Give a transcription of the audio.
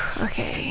Okay